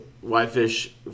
whitefish